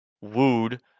wooed